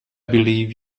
believe